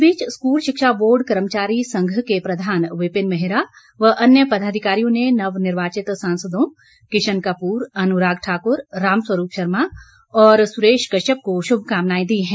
इस बीच स्कूल शिक्षा बोर्ड कर्मचारी संघ के प्रधान विपिन मेहरा व अन्य पदाधिकारियों ने नव निर्वाचित सांसदों किशन कपूर अनुराग ठाकुर राम स्वरूप शर्मा और सुरेश कश्यप को शुभकामनाएं दी हैं